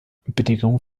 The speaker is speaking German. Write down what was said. bedingung